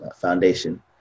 foundation